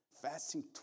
fasting